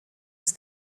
ist